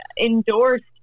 endorsed